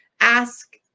ask